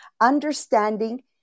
Understanding